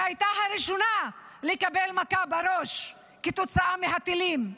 שהייתה הראשונה לקבל מכה בראש כתוצאה מהטילים.